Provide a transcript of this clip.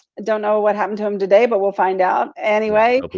don't know what happened to him today, but we'll find out anyway.